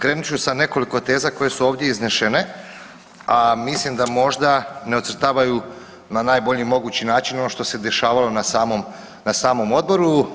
Krenut ću sa nekoliko teza koje su ovdje iznešene, a mislim da možda ne ocrtavaju na najbolji mogući način ono što se dešavalo na samom Odboru.